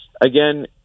again